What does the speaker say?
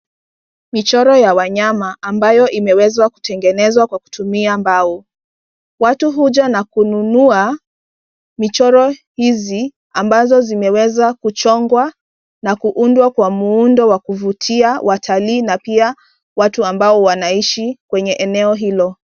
Michoro ya wanyama ambayo imeweza kutengenezwa kwa kutumia mbao. Watu huja na kununua michoro hizi ambazo zimeweza kuchongwa na kuundwa kwa muundo wa kuvutia watalii na pia watu ambao wanaishi kwenye eneo hilo.